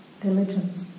diligence